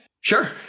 Sure